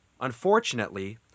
Unfortunately